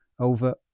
over